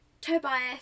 Tobias